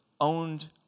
owned